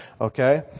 Okay